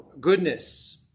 goodness